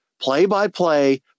play-by-play